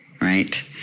right